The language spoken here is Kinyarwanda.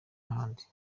ahandi